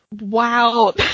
wow